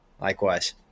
likewise